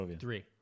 three